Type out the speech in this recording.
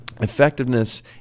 Effectiveness